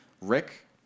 Rick